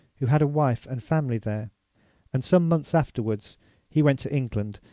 who had a wife and family there and some months afterwards he went to england,